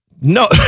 no